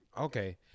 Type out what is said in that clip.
Okay